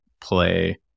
play